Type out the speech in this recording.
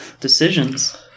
decisions